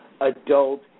adult